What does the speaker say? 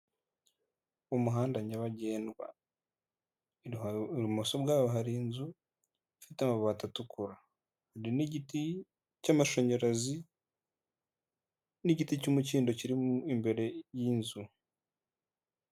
Umuhanda nyabagendwa. Ibumoso bwawo hari inzu ifite amabati atukura, hari n'igiti cy'amashanyarazi n'igiti cy'umukindo kiri imbere y'inzu.